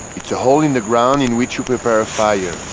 it's a hole in the ground in which you prepare a fire.